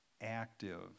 active